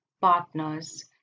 partners